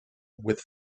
with